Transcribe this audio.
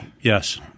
yes